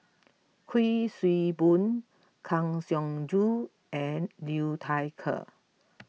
Kuik Swee Boon Kang Siong Joo and Liu Thai Ker